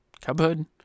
cubhood